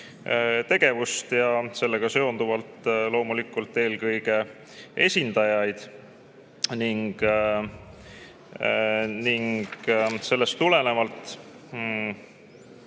tegevust ja sellega seonduvalt loomulikult eelkõige esindajaid. Sellest tulenevalt